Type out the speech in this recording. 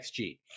XG